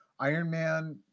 Ironman